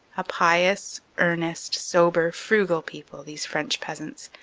a pious, earnest, sober, frugal people, these french peasants,